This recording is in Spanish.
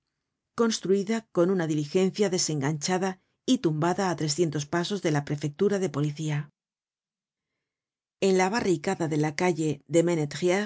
construida con una diligencia desenganchada y tumbada á trescientos pasos de la prefectura de policía en la barricada de la calle de